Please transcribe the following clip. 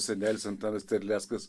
senelis antanas terleckas